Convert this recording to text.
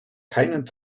keinen